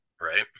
right